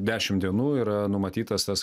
dešim dienų yra numatytas tas